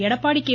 Edappadi K